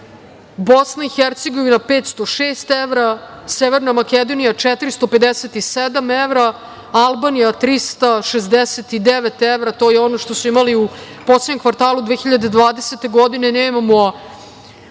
od 526 evra, BiH 506 evra, Severna Makedonija 457 evra, Albanija 369 evra, to je ono što su imali u poslednjem kvartalu 2020. godine. Nemamo